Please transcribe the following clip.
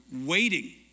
waiting